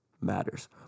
matters